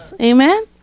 Amen